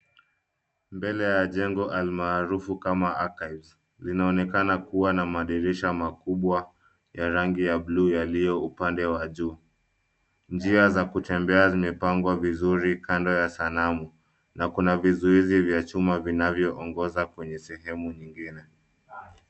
Mbele ya jengo almaarufu kama Archives linaonekana kuwa na madirisha makubwa ya rangi ya buluu yaliyoupande wa juu. Njia za kutembea zimepangwa vizuri kando ya sanamu na kuna vizuizi vya chuma vinavyoongoza kwenye sehemu nyingine.